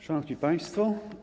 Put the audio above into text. Szanowni Państwo!